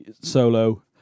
solo